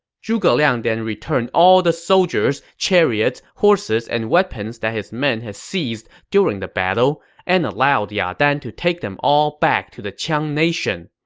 zhuge liang then returned all the soldiers, chariots, horses, and weapons that his men had seized during the battle and allowed ya dan to take them all back to the qiang nation.